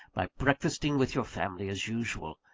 by breakfasting with your family as usual.